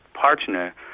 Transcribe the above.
partner